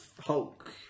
Hulk